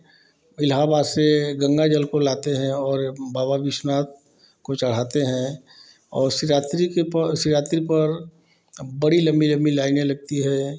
इलाहाबाद से गंगाजल को लाते हैं और बाबा विश्वनाथ को चढ़ाते हैं और शिवरात्रि के प शिवरात्रि पर बड़ी लंबी लंबी लाइनें लगती हैं